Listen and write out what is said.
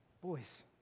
Boys